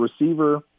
receiver